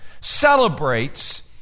celebrates